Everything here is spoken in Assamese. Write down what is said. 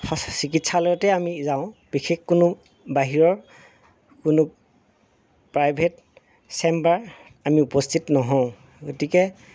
সঁচা চিকিৎসালয়তে আমি যাওঁ বিশেষ কোনো বাহিৰৰ কোনো প্ৰাইভেট চেম্বাৰ আমি উপস্থিত নহওঁ গতিকে